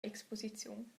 exposiziun